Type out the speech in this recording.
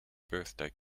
birthday